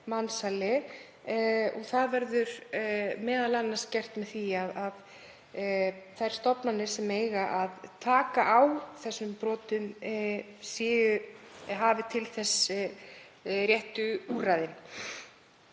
mansali. Það verður m.a. gert með því að þær stofnanir sem eiga að taka á slíkum brotum hafi til þess réttu úrræðin.